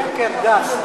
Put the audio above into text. זה שקר גס.